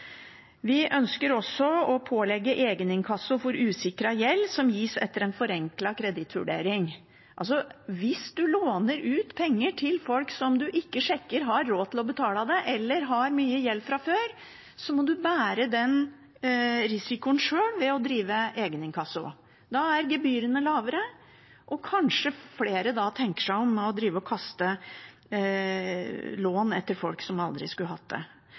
Vi ønsker også å pålegge egeninkasso for usikret gjeld som gis etter en forenklet kredittvurdering. Altså: Hvis man låner ut penger til folk som man ikke har sjekket har råd til å betale eller har mye gjeld fra før, må man bære den risikoen selv ved å drive egeninkasso. Da er gebyrene lavere, og kanskje flere da tenker seg om før de kaster lån etter folk som aldri skulle hatt det.